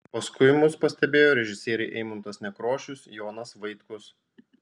paskui mus pastebėjo režisieriai eimuntas nekrošius jonas vaitkus